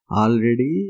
already